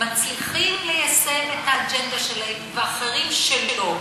ומצליחים ליישם את האג'נדה שלהם ואחרים שלא,